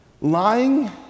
lying